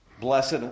Blessed